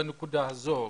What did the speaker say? בנקודה הזאת.